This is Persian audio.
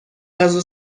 غذا